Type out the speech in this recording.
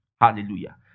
Hallelujah